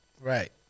Right